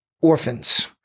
orphans